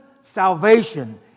salvation